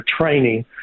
training